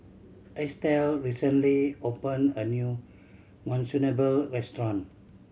Estelle recently opened a new Monsunabe Restaurant